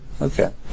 Okay